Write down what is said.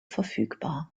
verfügbar